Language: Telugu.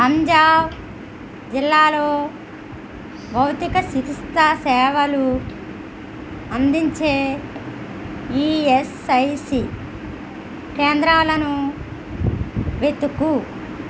అంజావ్ జిల్లాలో భౌతిక చికిత్ససేవలు అందించే ఈఎస్ఐసి కేంద్రాలను వెతుకు